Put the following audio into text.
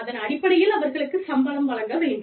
அதன் அடிப்படியில் அவர்களுக்கு சம்பளம் வழங்க வேண்டும்